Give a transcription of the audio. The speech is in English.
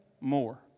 more